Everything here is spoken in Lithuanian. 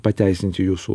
pateisinti jūsų